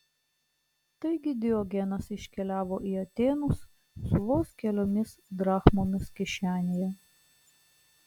taigi diogenas iškeliavo į atėnus su vos keliomis drachmomis kišenėje